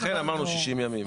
לכן אמרנו 60 ימים.